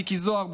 מיקי זוהר,